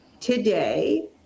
today